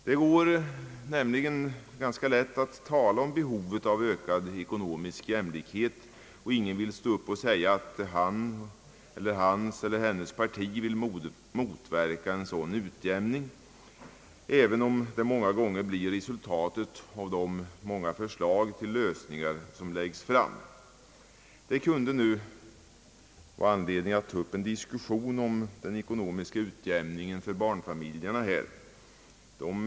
Det är ganska lätt att tala om behovet av ökad ekonomisk jämlikhet. Ingen vill stå upp och säga, att hans eller hennes parti vill motverka en sådan utjämning, men många gånger blir detta resultatet av de förslag till lösningar som läggs fram. Det kan vara anledning att ta upp en diskussion om den ekonomiska utjämningen för barnfamiljerna.